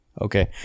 Okay